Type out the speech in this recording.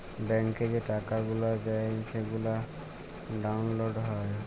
ব্যাংকে যে টাকা গুলা দেয় সেগলা ডাউল্লড হ্যয়